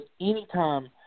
anytime